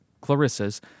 Clarissa's